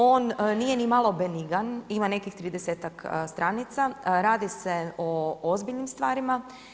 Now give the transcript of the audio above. On nije ni malo benigan, ima nekih 30-ak stranica, radi se o ozbiljnim stranicama.